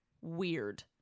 weird